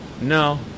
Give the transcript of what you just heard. No